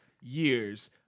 years